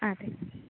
ஆ சரி